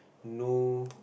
know